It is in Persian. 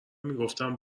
میگفتم